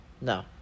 No